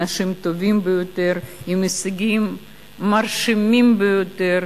אנשים טובים ביותר עם הישגים מרשימים ביותר.